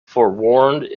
forewarned